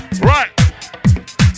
Right